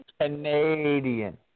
Canadian